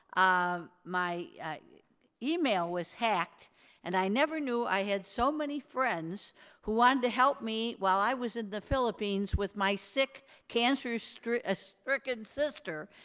um my email was hacked and i never knew i had so many friends who wanted to help me while i was in the philippines with my sick cancer-stricken cancer-stricken sister.